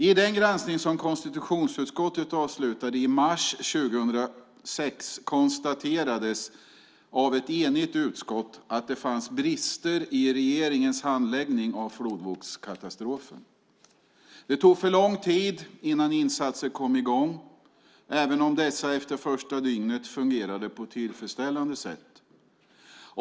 I den granskning som konstitutionsutskottet avslutade i mars 2006 konstaterades av ett enigt utskott att det fanns brister i regeringens handläggning av flodvågskatastrofen. Det tog för lång tid innan insatser kom i gång, även om dessa efter det första dygnet fungerade på ett tillfredsställande sätt.